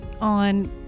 on